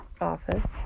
office